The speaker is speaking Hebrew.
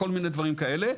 כל מיני דברים כאלה.